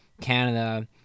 Canada